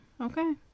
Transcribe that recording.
okay